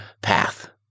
path